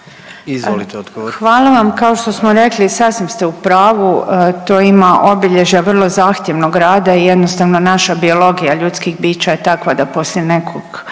Nina (HDZ)** Hvala vam. Kao što smo rekli sasvim ste u pravu, to ima obilježja vrlo zahtjevnog rada i jednostavno naša biologija ljudskih bića je takva da poslije nekog